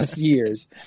years